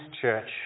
church